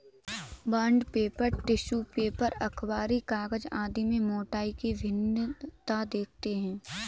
bond paper, tissue paper, अखबारी कागज आदि में मोटाई की भिन्नता देखते हैं